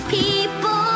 people